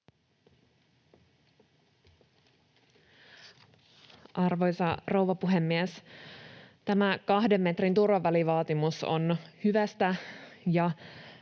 Arvoisa rouva puhemies! Tämä kahden metrin turvavälivaatimus on hyvästä ja